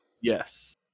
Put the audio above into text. Yes